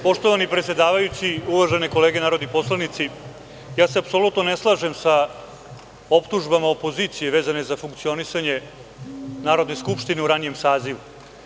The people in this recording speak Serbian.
Poštovani predsedavajući, uvažene kolege narodni poslanici, apsolutno se ne slažem sa optužbama opozicije vezane za funkcionisanje Narodne skupštine u ranijem sazivu.